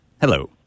Hello